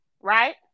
right